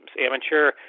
amateur